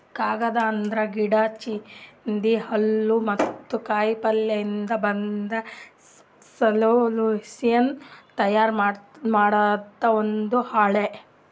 ಕಾಗದ್ ಅಂದ್ರ ಗಿಡಾ, ಚಿಂದಿ, ಹುಲ್ಲ್ ಮತ್ತ್ ಕಾಯಿಪಲ್ಯಯಿಂದ್ ಬಂದ್ ಸೆಲ್ಯುಲೋಸ್ನಿಂದ್ ತಯಾರ್ ಮಾಡಿದ್ ಒಂದ್ ಹಾಳಿ